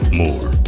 more